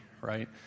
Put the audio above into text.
right